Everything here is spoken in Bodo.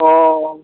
अ